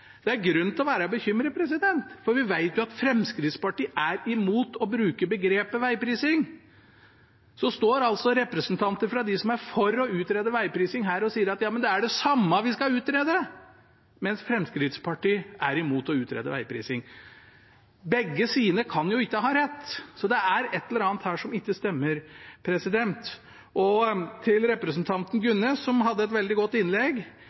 vi vet at Fremskrittspartiet er imot å bruke begrepet «vegprising». Så står altså representanter fra dem som er for å utrede veGprising, her og sier at det er det samme vi skal utrede, mens Fremskrittspartiet er imot å utrede vegprising. Begge sider kan jo ikke ha rett, så det er et eller annet her som ikke stemmer. Til representanten Gunnes, som hadde et veldig godt innlegg,